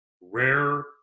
rare